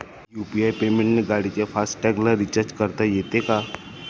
UPI पेमेंटने गाडीच्या fast टॅगला रिर्चाज करता येते का?